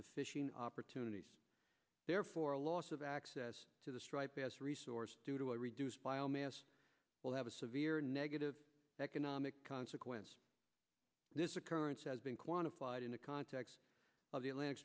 to fishing opportunities therefore a loss of access to the stripe as a resource due to a reduced biomass will have a severe negative economic consequence this occurrence has been quantified in the context of the atlantic